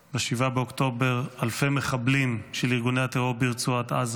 ב-7 באוקטובר אלפי מחבלים של ארגוני הטרור ברצועת עזה,